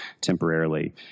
temporarily